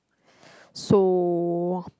so